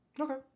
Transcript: okay